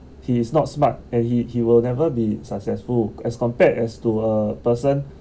he is not smart and he he will never be successful as compared as to a person a smart person